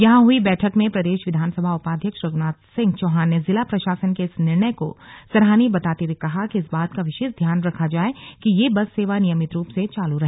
यहां हुई बैठक में प्रदेश विधानसभा उपाध्यक्ष रघुनाथ सिंह चौहान ने जिला प्रशासन के इस निर्णय को सराहनीय बताते हुए कहा कि इस बात का विशेष ध्यान रखा जाए कि यह बस सेवा नियमित रूप से चालू रहे